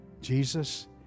Jesus